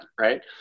right